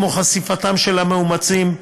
כמו חשיפתם של המאומצים,